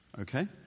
Okay